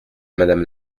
madame